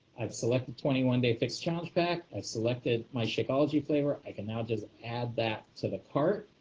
i've selected twenty one day fix challenge pack, i've selected my shakeology flavor, i can now just add that to the cart.